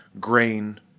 grain